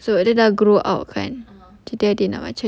a'ah so dia dah grow out kan